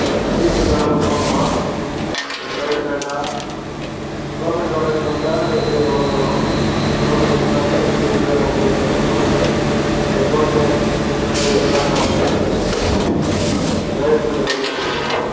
diesel நாங்கள் போடணுமா இல்லை டிரைவர் பேட்டா கிலோ மீட்டர் வாடகையில வந்தால் எப்படி எவ்வளோ வரும் கிலோமீட்டர்க்குன்னாக்க டீசலுக்கு அந்த இதலாம் உங்கள் இதில் வந்துடுமா இல்லை டோல் டேக்ஸ் அந்த மாதிரி இதெல்லாம் நாங்கள் தனியாக பே பண்ணணுமா டிரைவர் பேட்டா தனியாக கொடுக்கணுமா